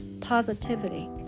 Positivity